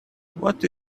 what